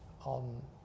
on